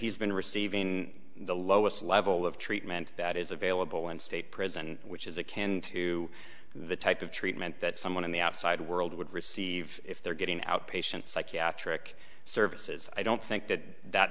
he's been receiving the lowest level of treatment that is available in state prison which is a can to the type of treatment that someone in the outside world would receive if they're getting outpatient psychiatric services i don't think that that